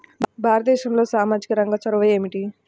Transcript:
భారతదేశంలో సామాజిక రంగ చొరవ ఏమిటి?